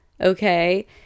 Okay